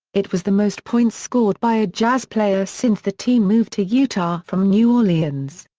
it was the most points scored by a jazz player since the team moved to utah from new orleans.